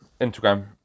Instagram